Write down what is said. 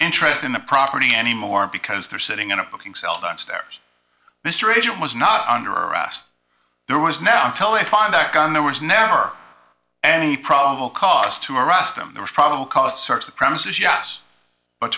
interest in the property anymore because they're sitting in a booking cell and stairs mr agent was not under arrest there was now until they find that gun there was never any probable cause to arrest them there was probable cause to search the premises yes but